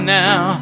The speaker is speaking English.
now